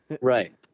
right